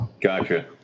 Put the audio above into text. Gotcha